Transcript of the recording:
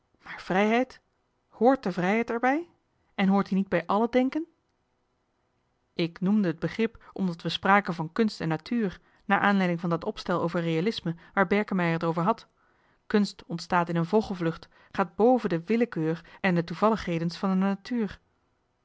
vrijheid hrt de vrijheid erbij en hoort die niet bij alle denken ik noemde het begrip omdat we spraken van kunst en natuur naar aanleiding van dat opstel over realisme waar berkemeier het over had kunst ontstaat in een vogelvlucht gaat bven de willekeur en de toevallighedens van de natuur